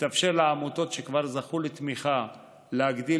התאפשר לעמותות שכבר זכו לתמיכה להגדיל